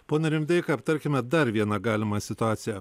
pone rimdeika aptarkime dar vieną galimą situaciją